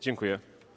Dziękuję.